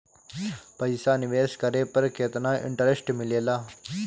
पईसा निवेश करे पर केतना इंटरेस्ट मिलेला?